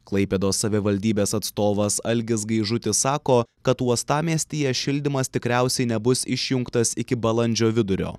klaipėdos savivaldybės atstovas algis gaižutis sako kad uostamiestyje šildymas tikriausiai nebus išjungtas iki balandžio vidurio